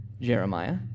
Jeremiah